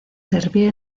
servir